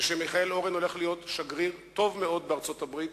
ושמיכאל אורן הולך להיות שגריר טוב מאוד בארצות-הברית,